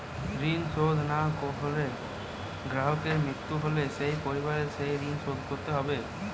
ঋণ শোধ না করে গ্রাহকের মৃত্যু হলে তার পরিবারকে সেই ঋণ শোধ করতে হবে?